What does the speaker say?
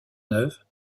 neuve